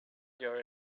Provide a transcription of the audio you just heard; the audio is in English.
your